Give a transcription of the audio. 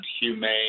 humane